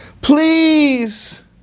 Please